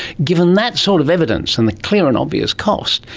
given that sort of evidence and the clear and obvious cost,